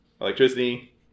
electricity